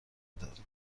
داد